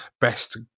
best